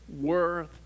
worth